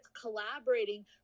collaborating